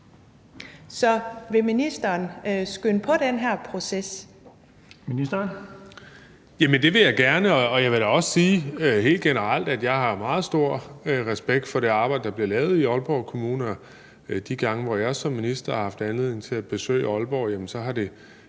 og boligministeren (Kaare Dybvad Bek): Jamen det vil jeg gerne, og jeg vil da også sige helt generelt, at jeg har meget stor respekt for det arbejde, der bliver lavet i Aalborg Kommune. De gange, hvor jeg som minister har haft anledning til at besøge Aalborg, har det